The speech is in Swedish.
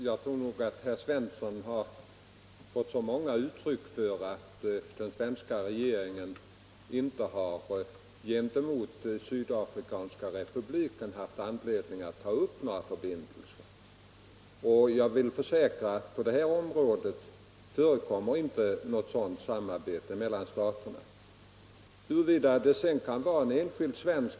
Herr talman! Jag tror att herr Svensson i Malmö har fått många uttryck för att den svenska regeringen inte har haft anledning att ta upp några förbindelser med Sydafrikanska republiken. Jag vill försäkra att det inte förekommer samarbete mellan staterna på det här området.